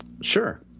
Sure